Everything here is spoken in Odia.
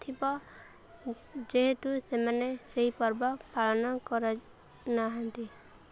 ଥିବ ଯେହେତୁ ସେମାନେ ସେହି ପର୍ବ ପାଳନ କରା ନାହାନ୍ତି